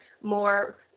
more